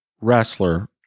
wrestler